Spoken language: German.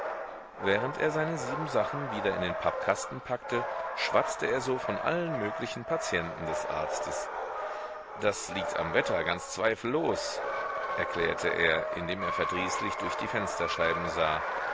während er seine siebensachen wieder in den pappkasten packte schwatzte er so von allen möglichen patienten des arztes das liegt am wetter ganz zweifellos erhärte er indem er verdrießlich durch die fensterscheiben sah